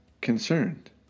concerned